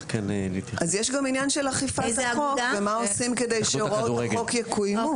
יש גם עניין של אכיפת החוק ומה עושים כדי שהוראות החוק יקוימו.